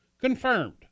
Confirmed